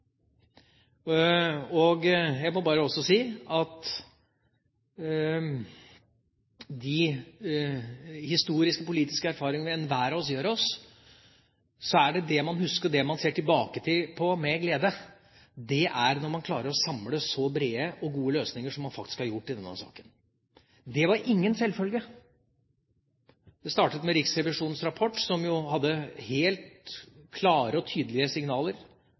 de historiske og politiske erfaringer enhver av oss gjør oss, er det det man ser tilbake på med glede når man klarer å samle så brede og gode løsninger som man faktisk har gjort i denne saken. Det var ingen selvfølge. Det startet med Riksrevisjonens rapport, som jo inneholdt helt klare og tydelige signaler